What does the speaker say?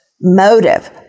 Motive